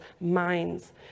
minds